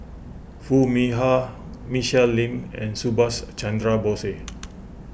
Foo Mee Har Michelle Lim and Subhas Chandra Bose